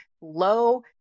low